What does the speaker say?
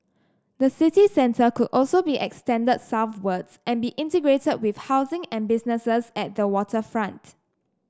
the city centre could also be extended southwards and be integrated with housing and businesses at the waterfront